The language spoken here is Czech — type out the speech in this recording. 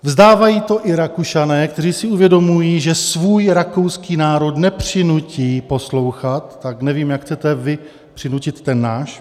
Vzdávají to i Rakušané, kteří si uvědomují, že svůj rakouský národ nepřinutí poslouchat, tak nevím, jak chcete vy přinutit ten náš.